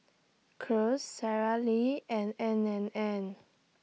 Kose Sara Lee and N and N